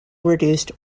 reduced